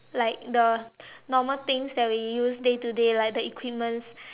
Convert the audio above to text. like the normal things that we use day to day like the equipments